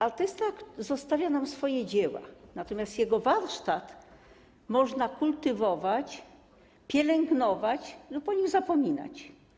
Artysta zostawia nam swoje dzieła, natomiast jego warsztat można kultywować, pielęgnować lub o nim zapominać.